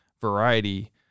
variety